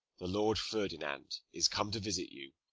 the lord ferdinand, is come to visit you,